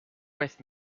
with